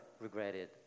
regretted